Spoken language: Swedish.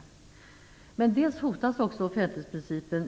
Offentlighetsprincipen hotas också